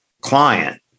client